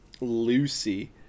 Lucy